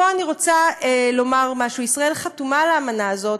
פה אני רוצה לומר משהו: ישראל חתומה על האמנה הזאת.